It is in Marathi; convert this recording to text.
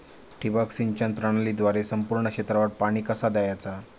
ठिबक सिंचन प्रणालीद्वारे संपूर्ण क्षेत्रावर पाणी कसा दयाचा?